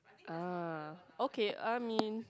uh okay I mean